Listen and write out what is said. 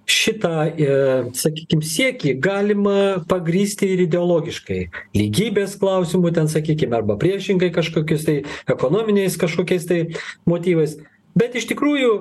šitą ee sakykim siekį galima pagrįsti ir ideologiškai lygybės klausimu ten sakykim arba priešingai kažkokius tai ekonominiais kažkokiais tai motyvais bet iš tikrųjų